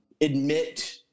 admit